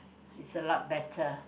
it's a lot better